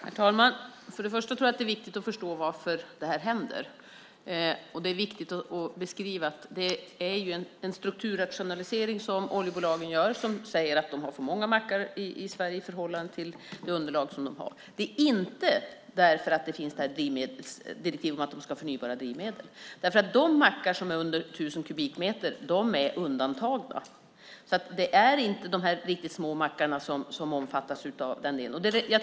Herr talman! För det första tror jag att det är viktigt att förstå varför det här händer. Det är viktigt att beskriva att det är en strukturrationalisering som oljebolagen gör. De säger att de har för många mackar i Sverige i förhållande till det underlag som de har. Det är inte på grund av direktivet om att de ska ha förnybara drivmedel. De mackar som är under 1 000 kubikmeter är undantagna. De riktigt små mackarna omfattas alltså inte av detta.